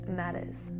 matters